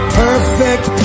perfect